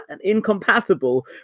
incompatible